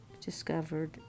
discovered